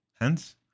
Hence